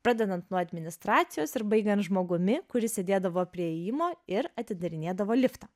pradedant nuo administracijos ir baigiant žmogumi kuris sėdėdavo prie įėjimo ir atidarinėdavo liftą